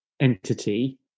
entity